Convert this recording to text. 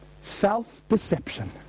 Self-deception